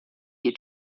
you